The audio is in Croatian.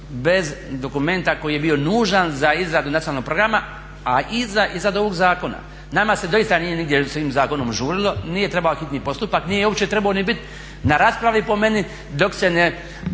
bez dokumenta koji je bio nužan za izradu nacionalnog programa, a iznad ovog zakona. Nama se doista nije nigdje sa ovim zakonom žurilo, nije trebao hitni postupak, nije uopće trebao ni bit na raspravi po meni dok se ne